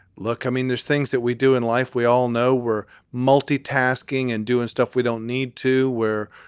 look, i mean, there's things that we do in life. we all know we're multi-tasking and doing stuff we don't need to wear,